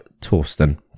Torsten